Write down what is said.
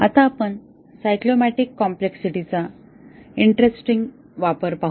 आता आपण सायक्लोमॅटिक कॉम्प्लेक्सिटीचा इंटरेस्टिंग वापर पाहूया